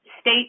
state